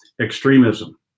extremism